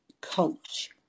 coach